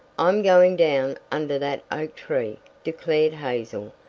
i'm going down under that oak tree, declared hazel,